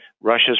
Russia's